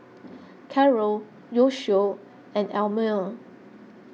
Karel Yoshio and Elmire